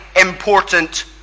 important